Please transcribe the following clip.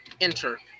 enter